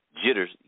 jitters